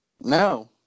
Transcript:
No